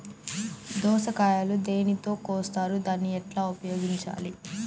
దోస కాయలు దేనితో కోస్తారు దాన్ని ఎట్లా ఉపయోగించాలి?